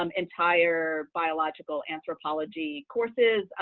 um entire biological anthropology courses.